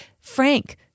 frank